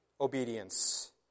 obedience